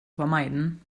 vermeiden